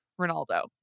Ronaldo